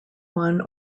one